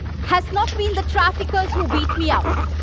has not been the traffickers who beat me up.